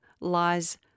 lies